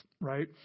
right